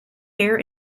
hair